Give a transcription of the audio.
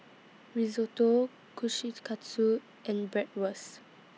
Risotto Kushikatsu and Bratwurst